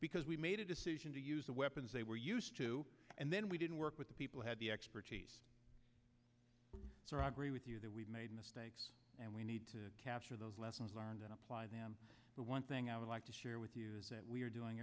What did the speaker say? because we made a decision to use the weapons they were used to and then we didn't work with people had the expertise so i agree with you that we made mistakes and we need to capture those lessons learned and apply them but one thing i would like to share with you is that we are doing